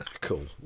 Cool